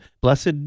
Blessed